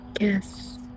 Yes